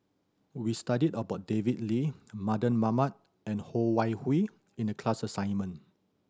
we studied about David Lee Mardan Mamat and Ho Wan Hui in the class assignment